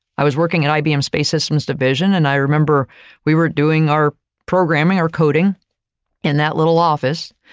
i was working at ibm space systems division. and i remember we were doing our programming, our coding in that little office,